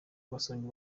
abasomyi